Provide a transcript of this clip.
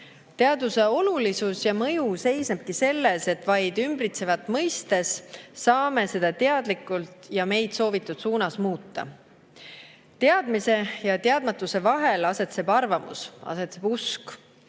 Teaduse olulisus ja mõju seisnebki selles, et vaid ümbritsevat mõistes saame seda teadlikult ja meile soovitud suunas muuta. Teadmise ja teadmatuse vahel asetseb arvamus, asetseb usk.